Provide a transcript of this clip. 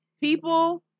people